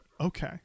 Okay